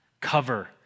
cover